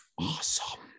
Awesome